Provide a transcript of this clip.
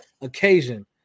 occasion